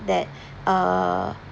that err